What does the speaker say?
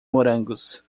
morangos